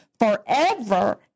forever